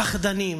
פחדנים